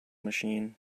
machine